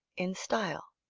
in style.